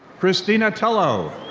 christina tello.